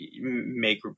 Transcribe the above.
make